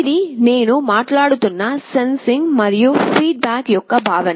ఇది నేను మాట్లాడుతున్న సెన్సింగ్ మరియు ఫీడ్ బ్యాక్ యొక్క భావన